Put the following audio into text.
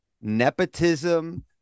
nepotism